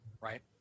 right